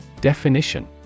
Definition